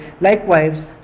Likewise